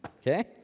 okay